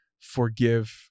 forgive